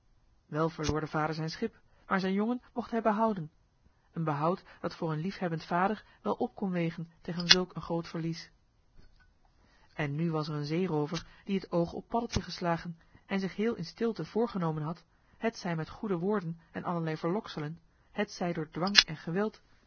verloor de vader zijn schip maar zijn jongen mocht hij behouden een behoud dat voor een liefhebbend vader wel op kon wegen tegen zulk een groot verlies en nu was er een zeeroover die het oog op paddeltje geslagen en zich heel in stilte voorgenomen had hetzij met goede woorden en allerlei verlokselen hetzij door dwang en geweld